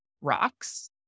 rocks